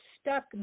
stuck